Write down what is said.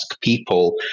people